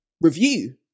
review